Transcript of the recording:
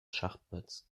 schachbretts